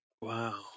Wow